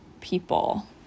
people